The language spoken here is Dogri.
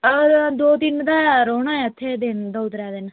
दो दिन ते रौह्ना ऐ उत्थै दिन दो त्रै दिन